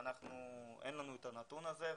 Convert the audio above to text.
אבל אין לנו את הנתון הזה.